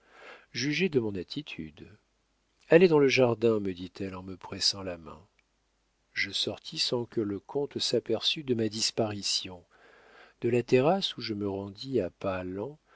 jugez de mon attitude allez dans le jardin me dit-elle en me pressant la main je sortis sans que le comte s'aperçût de ma disparition de la terrasse où je me rendis à pas lents